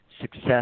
success